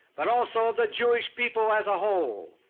but also of the jewish people as a whole.